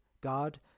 God